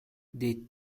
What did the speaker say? des